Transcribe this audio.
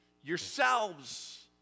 yourselves